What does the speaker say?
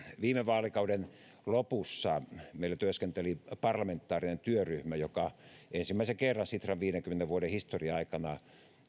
viime vaalikauden lopussa meillä työskenteli parlamentaarinen työryhmä joka ensimmäisen kerran sitran viidenkymmenen vuoden historian aikana